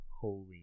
holy